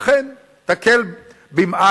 שאכן תקל במעט,